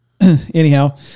anyhow